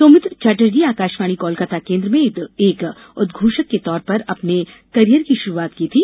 सौमित्र चटर्जी ने आकाशवाणी कोलकाता केंद्र में एक उद्घोषक के तौर पर अपने करियर की शुरूआत की थी